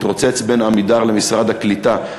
מתרוצץ בין "עמידר" למשרד הקליטה,